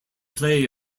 play